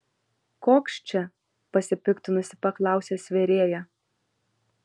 koks čia pasipiktinusi paklausė svėrėja